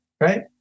right